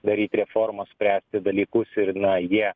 daryt reformas spręsti dalykus ir na jie